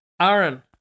Aaron